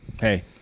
Hey